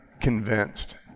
convinced